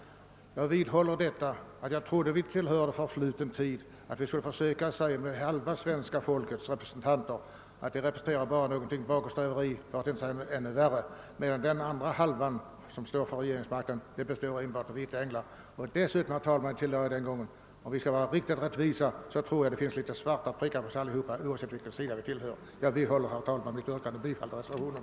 Jag vidhåller att jag trodde det tillhörde förfluten tid att säga att halva svenska folkets representanter företräder bakåtsträveri — för att inte kalla det något ännu värre — medan den andra halvan, som har regeringsmakten, enbart består av vita änglar. Jag tillade dessutom att om vi skall vara riktigt rättvisa måste vi erkänna att det finns svarta prickar på oss alla, oavsett vilken sida vi tillhör. Jag vidhåller, herr talman, mitt yrkande om bifall till reservationen.